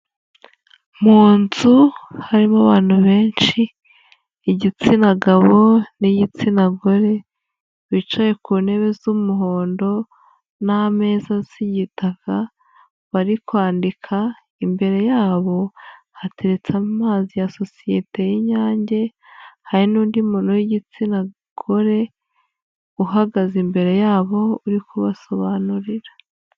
Mu nzu harimo abantu benshi igitsina gabo n'igitsina gore bicaye ku ntebe z'umuhondo n'ameza asa igitaka bari kwandika, imbere yabo hateretse amazi ya sosiyete y'inyange, hari n'undi muntu w'igitsina gore uhagaze imbere yabo uri kubasobanurira.